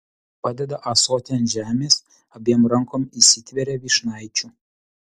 padeda ąsotį ant žemės abiem rankom įsitveria vyšnaičių